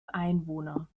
einwohner